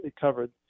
covered